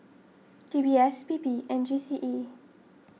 D B S P P and G C E